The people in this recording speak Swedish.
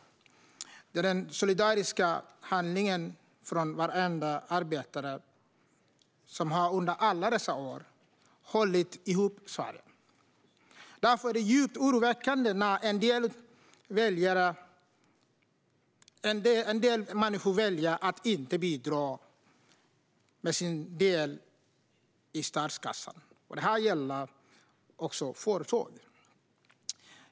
Det är denna solidariska handling från varenda arbetare under alla år som har hållit ihop Sverige. Därför är det djupt oroväckande när en del människor väljer att inte bidra med sin del till statskassan, och det gäller också företag.